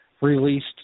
released